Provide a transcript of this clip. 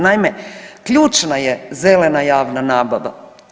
Naime, ključna je zelena javna nabava.